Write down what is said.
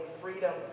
freedom